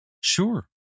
Sure